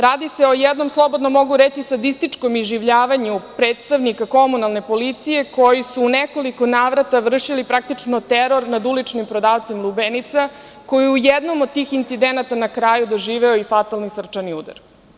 Radi se o jednom, slobodno mogu reći, sadističkom iživljavanju predstavnika komunalne policije, koji su u nekoliko navrata vršili, praktično, teror nad uličnim prodavcem lubenica, koji je u jednom od tih incidenata na kraju doživeo i fatalni srčani udar.